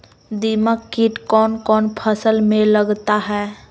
दीमक किट कौन कौन फसल में लगता है?